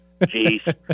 jeez